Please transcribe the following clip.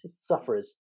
sufferers